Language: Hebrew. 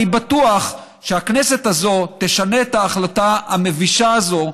אני בטוח שהכנסת הזאת תשנה את ההחלטה המבישה הזאת,